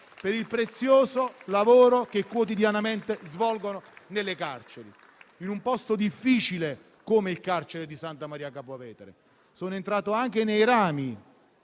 per il prezioso lavoro che quotidianamente svolgono nelle carceri, in un posto difficile come il carcere di Santa Maria Capua Vetere. Sono entrato anche nei bracci